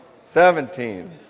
seventeen